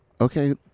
okay